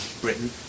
Britain